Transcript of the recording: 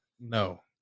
No